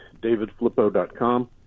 davidflippo.com